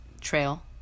trail